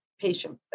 patient